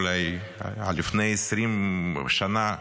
אולי לפני 20 שנה.